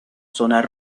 zonas